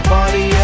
Party